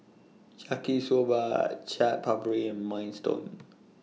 Yaki Soba Chaat Papri and Minestrone